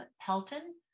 Pelton